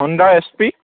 Hyundai S P